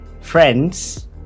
Friends